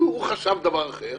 הוא חשב דבר אחר.